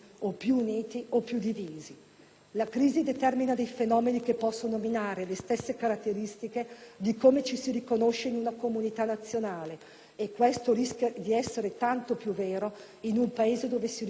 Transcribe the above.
La crisi determina dei fenomeni che possono minare le stesse caratteristiche di come ci si riconosce nella comunità nazionale e questo rischia di essere tanto più vero in un Paese dove si registrano